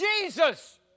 Jesus